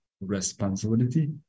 responsibility